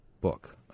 book